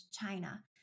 China